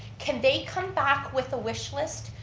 can they come back with a wish list?